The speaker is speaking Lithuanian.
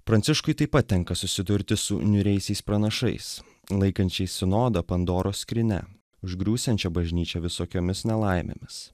pranciškui taip pat tenka susidurti su niūriaisiais pranašais laikančiais sinodą pandoros skrynia užgriūsiančia bažnyčią visokiomis nelaimėmis